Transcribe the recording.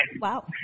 Wow